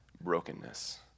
brokenness